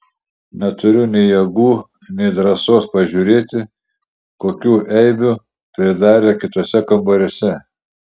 neturiu nei jėgų nei drąsos pažiūrėti kokių eibių pridarė kituose kambariuose